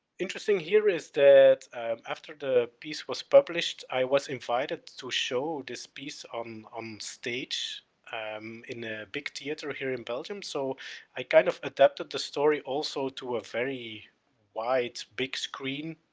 interesting here is that after the piece was published i was invited to show this piece on on stage um in a big theater here in belgium so i kind of adapted the story also to a very wide, big screen